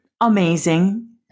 amazing